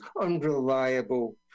Unreliable